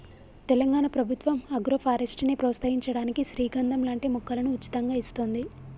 తెలంగాణ ప్రభుత్వం ఆగ్రోఫారెస్ట్ ని ప్రోత్సహించడానికి శ్రీగంధం లాంటి మొక్కలను ఉచితంగా ఇస్తోంది